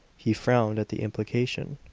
he frowned at the implication.